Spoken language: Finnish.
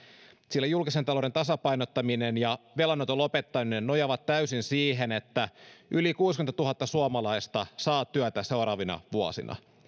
sillä julkisen talouden tasapainottaminen ja velanoton lopettaminen nojaavat täysin siihen että yli kuusikymmentätuhatta suomalaista saa työtä seuraavina vuosina